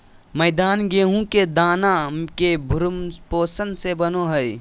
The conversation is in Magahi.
मैदा गेहूं के दाना के भ्रूणपोष से बनो हइ